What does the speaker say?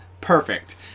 Perfect